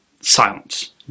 silence